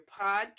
podcast